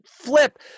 flip